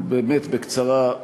באמת בקצרה,